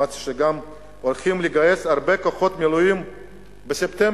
שמעתי גם שהולכים לגייס הרבה כוחות מילואים בספטמבר.